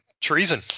treason